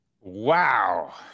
Wow